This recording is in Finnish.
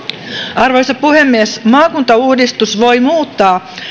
arvoisa puhemies maakuntauudistus voi muuttaa